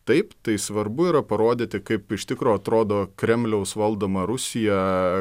taip tai svarbu yra parodyti kaip iš tikro atrodo kremliaus valdoma rusija